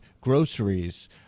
groceries